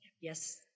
Yes